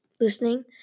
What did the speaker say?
listening